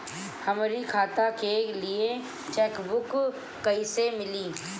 हमरी खाता के लिए चेकबुक कईसे मिली?